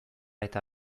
eta